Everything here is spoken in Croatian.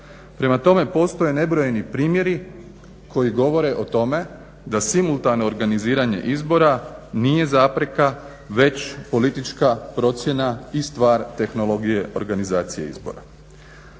Prema tome postoje nebrojeni primjeri koji govore o tome da simultano organiziranje izbora nije zapreka već politička procjena i stvar tehnologije organizacije izbora.